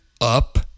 up